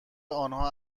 آنها